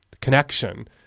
connection